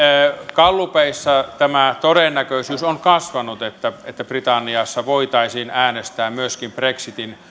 gallupeissa todennäköisyys on kasvanut että että britanniassa voitaisiin äänestää myöskin brexitin